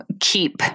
keep